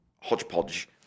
hodgepodge